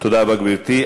תודה רבה, גברתי.